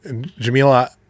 Jamila